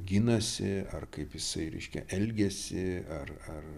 ginasi ar kaip jisai reiškia elgesi ar ar